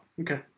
Okay